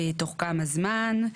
תוך כמה זמן,